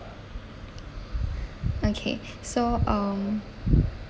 okay so um